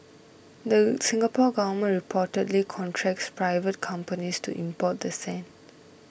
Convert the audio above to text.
the Singapore Government reportedly contracts private companies to import the sand